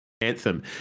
Anthem